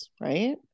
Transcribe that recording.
right